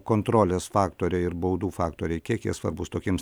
kontrolės faktoriai ir baudų faktoriai kiek jie svarbūs tokiems